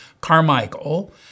Carmichael